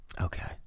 Okay